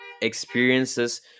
experiences